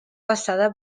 basada